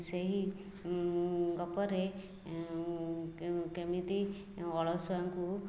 ସେହି ଗପରେ କେମିତି ଅଳସୁଆଙ୍କୁ